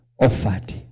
offered